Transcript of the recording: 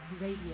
Radio